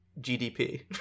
gdp